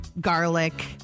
garlic